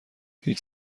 هیچ